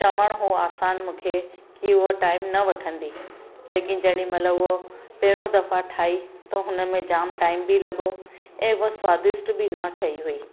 चवण हो आसान मूंखे की उहो टाइम न वठंदी लेकिन जेॾीमहिल उहो पहिरों दफ़ा ठाही त हुन में जामु टाइम बि लॻो ऐं उहा स्वादिष्ट बि न ठही हुई